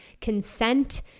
Consent